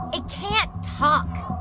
it can't talk.